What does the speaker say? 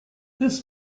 this